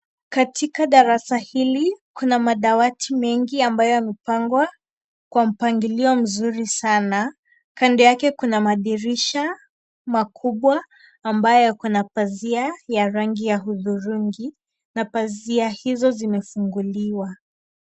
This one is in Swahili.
Katika darasa hili kuna adawati mengi ambayo yamepangwa kwa mpangilio mzuri sana, kando yake kuna madirusha makubwa ambayo yako na pazia ya rangi ya huthurungi na pazia hizo zimefunguliwa.